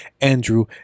andrew